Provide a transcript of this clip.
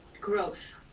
growth